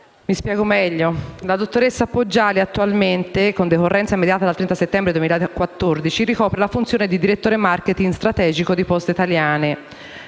Vi spiego meglio. La dottoressa Barbara Poggiali attualmente, con decorrenza immediata dal 30 settembre 2014, ricopre la funzione di direttore *marketing* strategico della società Poste italiane.